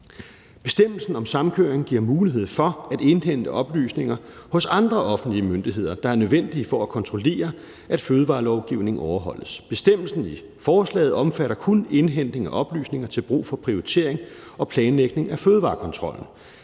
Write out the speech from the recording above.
Bestemmelsen om samkøring giver mulighed for at indhente oplysninger hos andre offentlige myndigheder, der er nødvendige for at kontrollere, at fødevarelovgivningen overholdes. Bestemmelsen i forslaget omfatter kun indhentning af oplysninger til brug for prioritering og planlægning af fødevarekontrollen.